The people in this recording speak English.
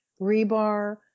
rebar